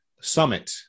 summit